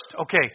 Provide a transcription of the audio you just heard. Okay